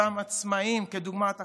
אותם עצמאים כדוגמת החשמלאי,